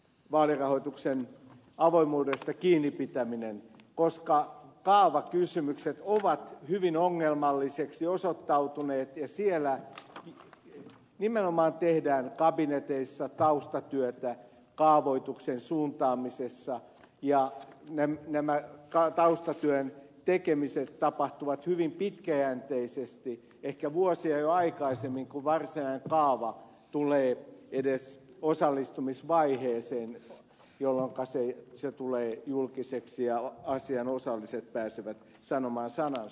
vaalirahoituksen avoimuudesta myös kuntavaaleissa koska kaavakysymykset ovat osoittautuneet hyvin ongelmallisiksi ja siellä kabineteissa nimenomaan tehdään taustatyötä kaavoituksen suuntaamisessa ja taustatyön tekemiset tapahtuvat hyvin pitkäjänteisesti ehkä jo vuosia aikaisemmin kun varsinainen kaava tulee edes osallistumisvaiheeseen jolloinka se tulee julkiseksi ja asiaan osalliset pääsevät sanomaan sanansa